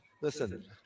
listen